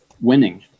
winning